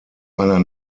einer